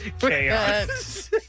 Chaos